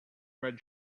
red